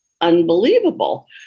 unbelievable